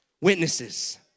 witnesses